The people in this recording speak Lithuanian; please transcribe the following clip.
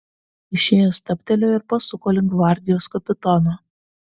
išėjęs stabtelėjo ir pasuko link gvardijos kapitono